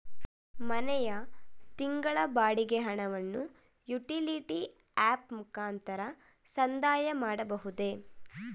ಮನೆಯ ತಿಂಗಳ ಬಾಡಿಗೆ ಹಣವನ್ನು ಯುಟಿಲಿಟಿ ಆಪ್ ಮುಖಾಂತರ ಸಂದಾಯ ಮಾಡಬಹುದೇ?